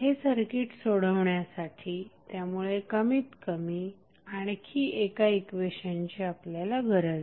हे सर्किट सोडवण्यासाठी त्यामुळे कमीत कमी आणखी एका इक्वेशनची आपल्याला गरज आहे